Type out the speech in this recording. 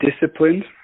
disciplined